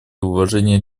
уважение